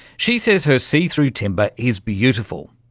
she says her see-through timber is beautiful.